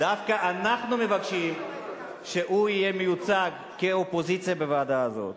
דווקא אנחנו מבקשים שהוא יהיה מיוצג כאופוזיציה בוועדה הזאת.